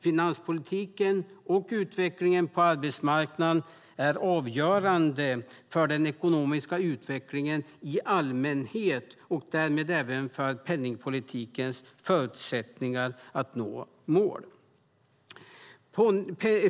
Finanspolitiken och utvecklingen på arbetsmarknaden är avgörande för den ekonomiska utvecklingen i allmänhet och därmed även för penningpolitikens förutsättningar för att nå mål.